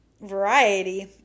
variety